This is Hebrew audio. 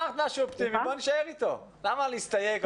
למה להסתייג?